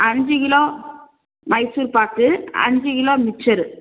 அஞ்சு கிலோ மைசூர்பாக்கு அஞ்சு கிலோ மிச்சரு